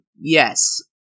yes